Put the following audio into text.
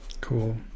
Cool